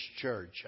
church